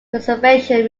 preservation